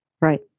Right